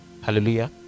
hallelujah